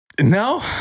No